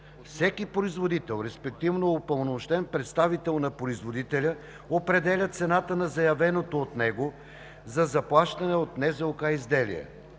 Всеки производител, респективно упълномощен представител на производителя, определя цената на заявеното от него изделие за заплащане от Националната